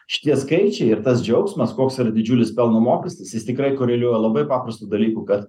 šitie skaičiai ir tas džiaugsmas koks yra didžiulis pelno mokestis jis tikrai koreliuoja labai paprastu dalyku kad